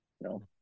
No